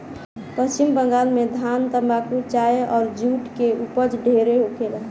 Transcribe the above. पश्चिम बंगाल में धान, तम्बाकू, चाय अउर जुट के ऊपज ढेरे होखेला